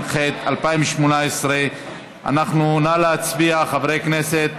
התשע"ח 2018. נא להצביע, חברי הכנסת.